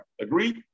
Agreed